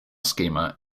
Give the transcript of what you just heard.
schema